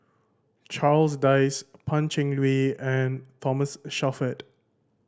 Charles Dyce Pan Cheng Lui and Thomas Shelford